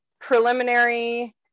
preliminary